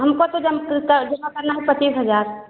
हमको तो जमा कर जमा करना है पच्चीस हज़ार